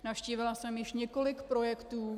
Navštívila jsem již několik projektů.